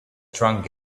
drunk